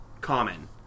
common